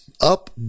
Up